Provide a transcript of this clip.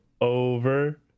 over